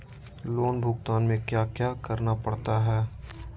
loan भुगतान में क्या क्या करना पड़ता है